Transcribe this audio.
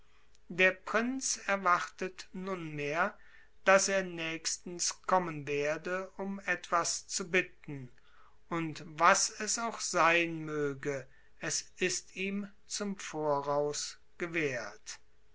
der prinz erwartet nunmehr daß er nächstens kommen werde um etwas zu bitten und was es auch sein möge es ist ihm zum voraus gewährt